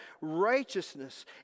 righteousness